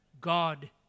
God